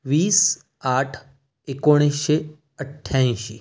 वीस आठ एकोणीसशे अठ्याऐंशी